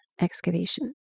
excavation